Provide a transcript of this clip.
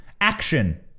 action